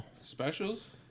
Specials